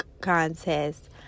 contest